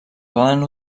poden